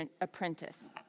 apprentice